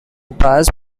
bass